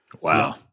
Wow